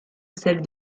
celle